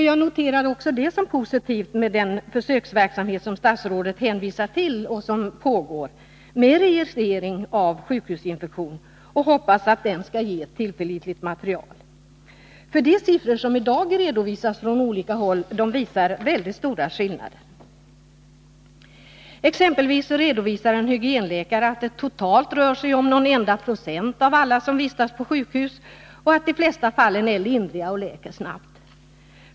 Jag noterar som positiv den försöksverksamhet som pågår med registrering av sjukhusinfektion, som statsrådet hänvisar till, och jag hoppas att den skall ge ett tillförlitligt material. De siffror som i dag redovisas från olika håll visar stora skillnader. En hygienläkare redovisade exempelvis att det totalt rör sig om någon enda procent av alla som vistas på sjukhus och att de flesta fallen är lindriga och läker snabbt.